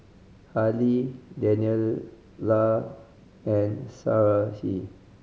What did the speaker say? Harley Daniella and Sarahi